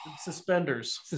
suspenders